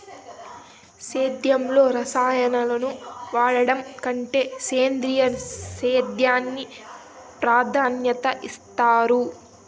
సేద్యంలో రసాయనాలను వాడడం కంటే సేంద్రియ సేద్యానికి ప్రాధాన్యత ఇస్తారు